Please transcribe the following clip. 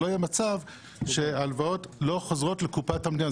שלא יהיה מצב שהלוואות לא חוזרות לקופת המדינה.